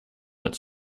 its